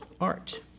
art